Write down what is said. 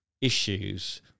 issues